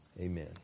amen